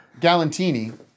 Galantini